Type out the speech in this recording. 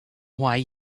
why